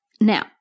Now